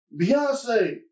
Beyonce